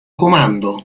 comando